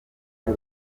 ari